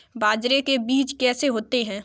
बाजरे के बीज कैसे होते हैं?